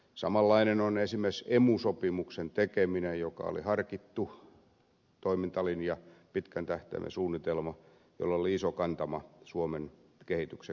samanlainen on esimerkiksi emu sopimuksen tekeminen joka oli harkittu toimintalinja pitkän tähtäimen suunnitelma jolla oli iso kantama suomen kehityksen kannalta